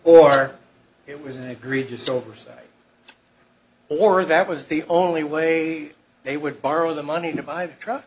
or it was an egregious oversight or that was the only way they would borrow the money to buy the truck